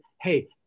hey